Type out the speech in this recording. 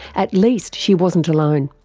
at least she wasn't alone.